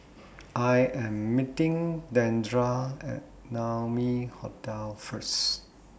I Am meeting Dandre At Naumi Hotel First